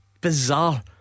bizarre